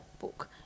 book